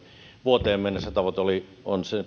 vuoteen kaksituhattayhdeksäntoista mennessä tavoite on